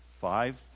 five